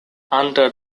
under